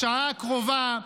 בשעה הקרובה,